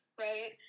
right